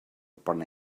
upon